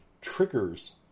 triggers